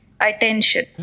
attention